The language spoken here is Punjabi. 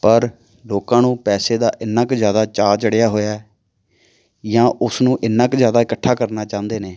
ਪਰ ਲੋਕਾਂ ਨੂੰ ਪੈਸੇ ਦਾ ਇੰਨਾ ਕੁ ਜ਼ਿਆਦਾ ਚਾਅ ਚੜ੍ਹਿਆ ਹੋਇਆ ਜਾਂ ਉਸਨੂੰ ਇੰਨਾ ਕੁ ਜ਼ਿਆਦਾ ਇਕੱਠਾ ਕਰਨਾ ਚਾਹੁੰਦੇ ਨੇ